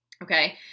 Okay